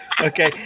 Okay